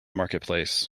marketplace